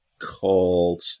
called